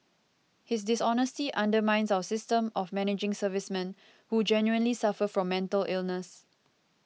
his dishonesty undermines our system of managing servicemen who genuinely suffer from mental illness